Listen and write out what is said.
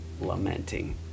lamenting